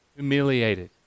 humiliated